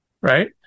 right